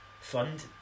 fund